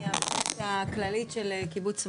אני המנהלת הכללית של קיבוץ מורן.